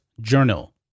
Journal